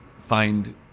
find